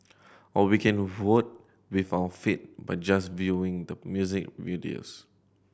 or we can vote with our feet by just viewing the music videos